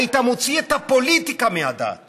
היית מוציא את הפוליטיקה מהדת